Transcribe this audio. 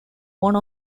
one